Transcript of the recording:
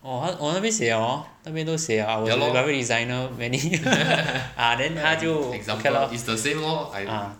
orh orh 那边那边写 liao hor 那边都写 liao graphic designer many ah then 它就 okay lor